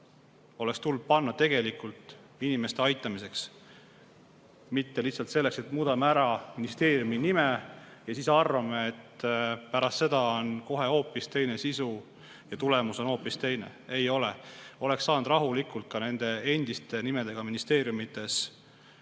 oleks tulnud panna tegelikult inimeste aitamisse. Mitte lihtsalt sellesse, et muudame ära ministeeriumi nime ja arvame, et pärast seda on kohe hoopis teine sisu ja tulemus on hoopis teine. Ei ole! Oleks saanud rahulikult nende endiste nimedega ministeeriumides teha